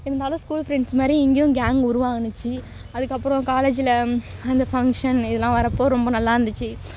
இருந்தாலும் school friends மாதிரி இங்கேயும் கேங்க் உருவாச்சி அதுக்கப்புறம் காலேஜில் அந்த ஃபங்க்ஷன் இதெல்லாம் வர்றப்போ ரொம்ப நல்லாருந்துச்சு